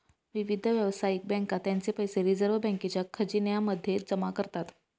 विविध व्यावसायिक बँका त्यांचे पैसे रिझर्व बँकेच्या खजिन्या मध्ये जमा करतात